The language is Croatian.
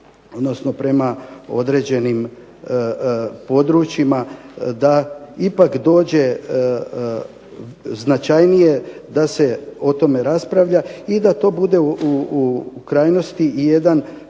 odnosno prema određenim područjima da ipak dođe značajnije da se o tome raspravlja i da to bude u krajnosti i jedan